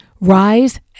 rise